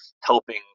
helping